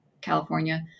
California